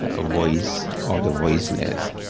ah voice of the voiceless,